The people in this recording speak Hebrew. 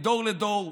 מדור לדור,